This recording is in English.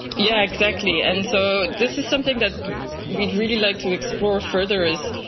yeah exactly, and so this is something that we'd really like to explore further, is,